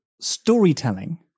storytelling